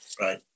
Right